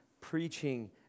preaching